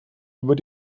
über